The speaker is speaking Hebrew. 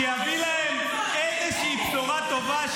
שיביא לכם איזושהי בשורה טובה,